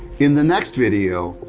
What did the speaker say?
in the next video,